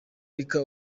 rica